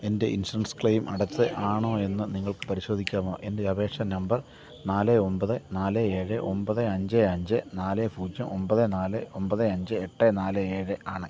എൻ്റെ insurance claim അടച്ചതാണോ എന്ന് നിങ്ങൾക്ക് പരിശോധിക്കാമോ എൻ്റെ അപേക്ഷാ നമ്പർ നാല് ഒന്പത് നാല് ഏഴ് ഒൻപത് അഞ്ച് അഞ്ച് നാല് പൂജ്യം ഒൻപത് നാല് ഒന്പത് അഞ്ച് എട്ട് നാല് ഏഴ് ആണ്